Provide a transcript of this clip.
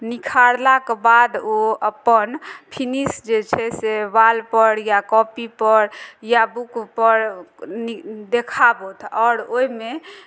निखारलाक बाद ओ अपन फिनिश जे छै से वॉलपर या कॉपीपर या बुकपर नि देखाबथु आओर ओहिमे